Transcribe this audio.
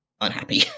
unhappy